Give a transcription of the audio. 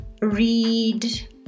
read